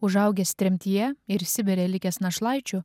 užaugęs tremtyje ir sibire likęs našlaičiu